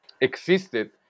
existed